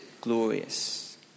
glorious